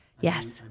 Yes